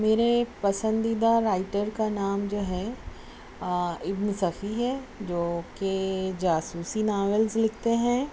میرے پسندیدہ رائٹر کا نام جو ہے اِبن صفی ہے جو کہ جاسوسی ناولز لکھتے ہیں